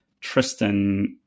Tristan